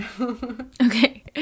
Okay